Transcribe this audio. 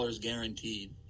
guaranteed